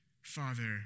Father